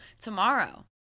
tomorrow